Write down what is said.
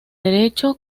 derecho